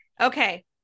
okay